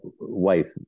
wife